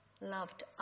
loved